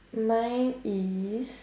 mine is